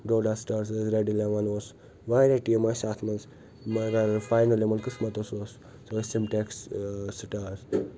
Doda stars ٲسۍ Red Eleven اوس واریاہ ٹیم ٲسۍ اَتھ منٛز مگر فاینَل یِمن قٕسمَتس اوس سُہ اوس سِمٹیک ٲں سِٹارٕز